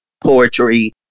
poetry